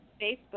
Facebook